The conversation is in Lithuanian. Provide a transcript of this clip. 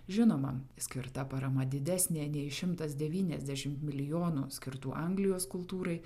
žinoma skirta parama didesnė nei šimtas devyniasdešim milijonų skirtų anglijos kultūrai